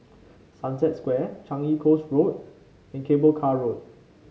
Sunset Square Changi Coast Road and Cable Car Road